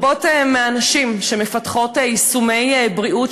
רבות מהנשים שמפתחות יישומי בריאות